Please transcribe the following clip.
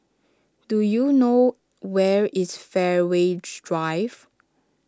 do you know where is Fairways Drive